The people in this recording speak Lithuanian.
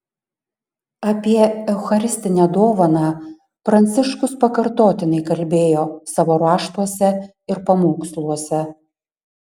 apie eucharistinę dovaną pranciškus pakartotinai kalbėjo savo raštuose ir pamoksluose